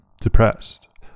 depressed